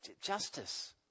Justice